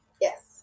Yes